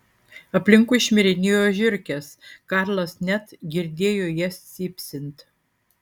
aplinkui šmirinėjo žiurkės karlas net girdėjo jas cypsint